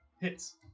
Hits